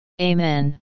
Amen